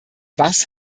was